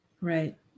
Right